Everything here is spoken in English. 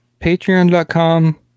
Patreon.com